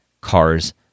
cars